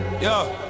yo